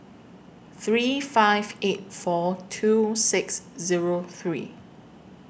three five eight four two six Zero three